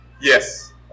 Yes